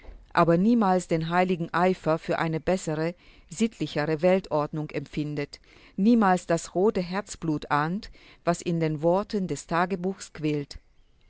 aber niemals den heiligen eifer für eine bessere sittlichere weltordnung empfindet niemals das rote herzblut ahnt das in den worten des tagebuches quillt